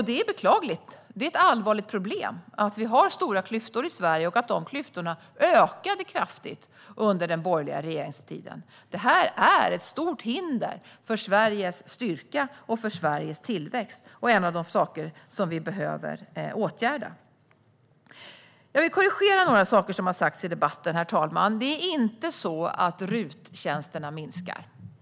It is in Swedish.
Detta är beklagligt. Det är ett allvarligt problem att vi har stora klyftor i Sverige och att de klyftorna ökade kraftigt under den borgerliga regeringstiden. Detta är ett stort hinder för Sveriges styrka och tillväxt, och det är en av de saker som vi behöver åtgärda. Herr talman! Jag vill korrigera några saker som har sagts i debatten. Det är inte så att RUT-tjänsterna minskar.